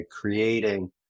creating